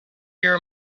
your